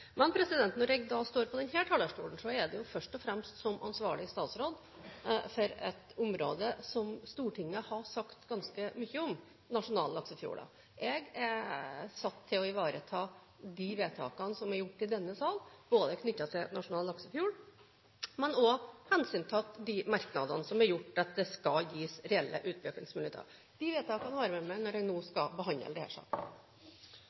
Men når jeg står på denne talerstolen, er det først og fremst som ansvarlig statsråd for et område som Stortinget har sagt ganske mye om – nasjonale laksefjorder. Jeg er satt til å ivareta de vedtakene som er gjort i denne sal, både knyttet til nasjonale laksefjorder og hensyntatt de merknadene som er gjort for at det skal gis reelle utviklingsmuligheter. De vedtakene har jeg med meg når jeg nå